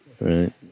right